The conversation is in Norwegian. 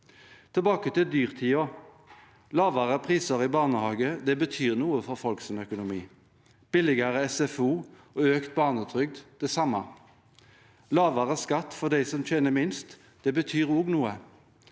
Tilbake til dyrtiden: Lavere priser i barnehage betyr noe for folks økonomi – billigere SFO og økt barnetrygd det samme. Lavere skatt for dem som tjener minst, betyr også noe.